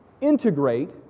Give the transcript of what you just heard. integrate